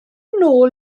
nôl